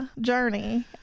journey